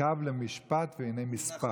"וַיְקַו למשפט והנה מִשְׂפָּח".